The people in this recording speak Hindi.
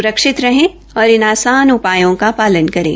स्रक्षित रहें और इन आसान उपायों का पालन करें